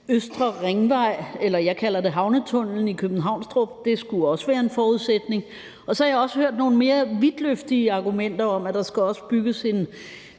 Østre Ringvej – jeg kalder den for havnetunnellen i Københavnstrup – skulle også være en forudsætning. Så har jeg også hørt nogle mere vidtløftige argumenter om, at der skal bygges en